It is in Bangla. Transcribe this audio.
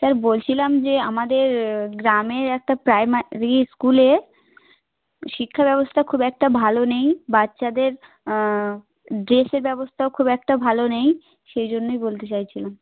স্যার বলছিলাম যে আমাদের গ্রামে একটা প্রাইমারি স্কুলে শিক্ষা ব্যবস্থা খুব একটা ভালো নেই বাচ্চাদের ড্রেসের ব্যবস্থাও খুব একটা ভালো নেই সেই জন্যই বলতে চাইছিলাম